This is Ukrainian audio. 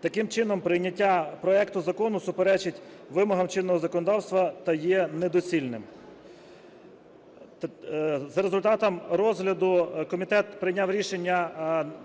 Таким чином, прийняття проекту закону суперечить вимогам чинного законодавства та є недоцільним. За результатом розгляду комітет прийняв рішення